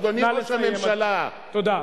אני מבקש להגיד לך, אדוני ראש הממשלה, שאלה.